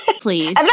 Please